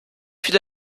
viele